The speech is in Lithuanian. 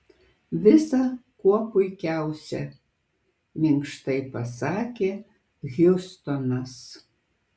visa kuo puikiausia minkštai pasakė hjustonas